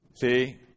See